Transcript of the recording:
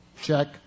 Check